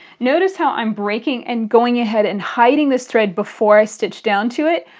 notice how i'm breaking and going ahead and hiding this thread before i stitch down to it.